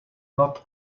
not